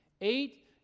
Eight